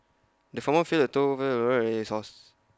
the farmer filled A trough full of his horses